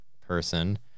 person